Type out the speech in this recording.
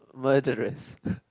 murderers